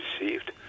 received